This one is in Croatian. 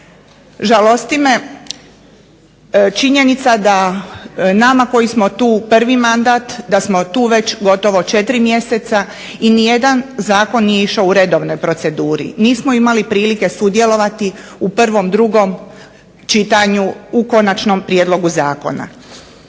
Žalosti me činjenica da nama koji smo tu prvi mandat da smo tu već gotovo 4 mjeseca i nijedan zakon nije išao u redovnoj proceduri. Nismo imali prilike sudjelovati u prvom, drugom čitanju u konačnom prijedlogu zakona.